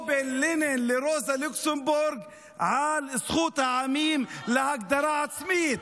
או בין לנין לרוזה לוקסמבורג על זכות העמים להגדרה עצמית.